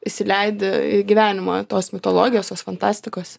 įsileidi į gyvenimą tos mitologijos tos fantastikos